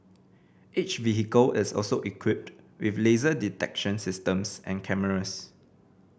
each vehicle is also equipped with laser detection systems and cameras